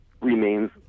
remains